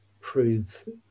prove